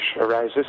arises